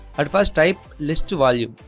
at first type list to volume